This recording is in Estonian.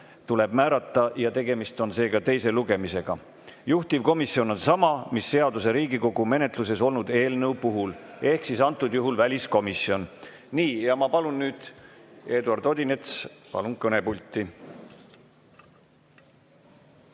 tähtaeg ja tegemist on seega teise lugemisega. Juhtivkomisjon on sama, mis seaduse Riigikogu menetluses olnud eelnõu puhul, ehk siis antud juhul väliskomisjon. Ma palun nüüd Eduard Odinetsi kõnepulti.